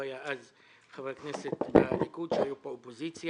אז הוא היה חבר כנסת מהליכוד עת היא הייתה באופוזיציה.